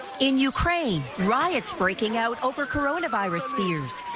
in ukraine riots breaking out over coronavirus years.